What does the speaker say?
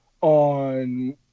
on